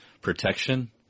protection